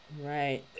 Right